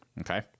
Okay